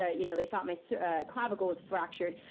ah you know they thought my so clavicle was fractured,